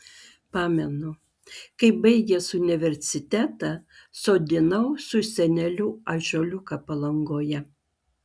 pamenu kaip baigęs universitetą sodinau su seneliu ąžuoliuką palangoje